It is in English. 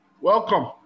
welcome